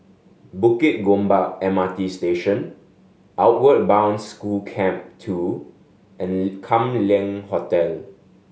Bukit Gombak M R T Station Outward Bound School Camp Two and Kam Leng Hotel